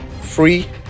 free